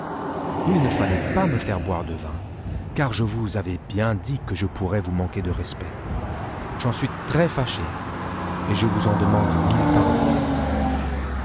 il ne fallait pas me faire boire de vin car je vous avais bien dit que je pourrais vous manquer de respect j'en suis très fachë et je vous en demande mille pardons